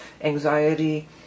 anxiety